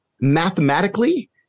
mathematically